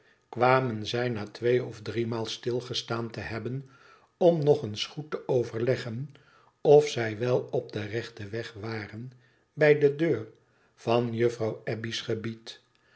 kwamen zij na twee of driemaal stilgestaan te hebben om nog eens goed te overleggen of zij wel op den rechten weg waren bij de deur van juffrouw abbey's gebied